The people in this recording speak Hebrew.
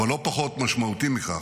לא פחות משמעותי מכך,